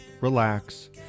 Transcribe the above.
relax